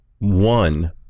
one